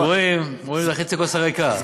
הגבוהים רואים את חצי הכוס הריקה.